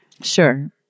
Sure